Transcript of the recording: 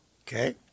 Okay